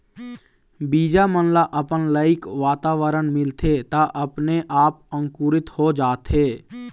बीजा मन ल अपन लइक वातावरन मिलथे त अपने आप अंकुरित हो जाथे